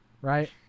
Right